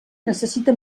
necessita